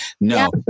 No